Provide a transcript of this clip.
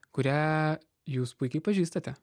kurią jūs puikiai pažįstate